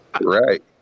Right